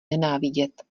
nenávidět